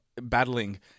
battling